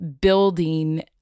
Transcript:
building